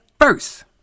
first